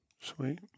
Sweet